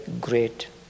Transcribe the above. great